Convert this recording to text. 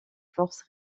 forces